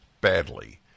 badly